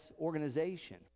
organization